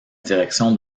direction